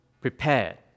prepared